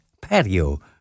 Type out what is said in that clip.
Patio